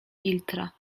filtra